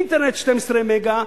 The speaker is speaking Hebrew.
אינטרנט 12 מגה,